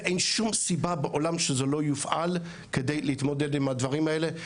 אין שום סיבה בעולם שזה לא יופעל כדי להתמודד עם הדברים האלה.